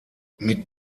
mit